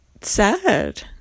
sad